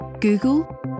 Google